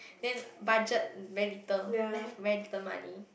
then budget very little left very little money